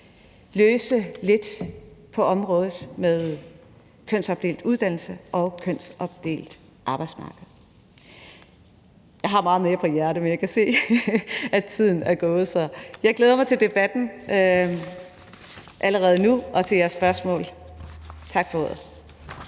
altså det med kønsopdelt uddannelse og et kønsopdelt arbejdsmarked. Jeg har meget mere på hjerte, men jeg kan se, at tiden er gået. Så jeg glæder mig til debatten allerede nu og til jeres spørgsmål. Tak for ordet.